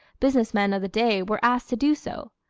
business men of the day were asked to do so.